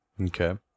Okay